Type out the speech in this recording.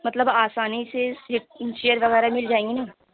مطلب آسانی سے چیر وغیرہ مل جائیں گی نہ